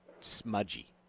smudgy